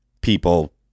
people